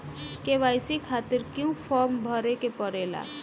KYC खातिर क्यूं form भरे के पड़ेला?